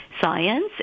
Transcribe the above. science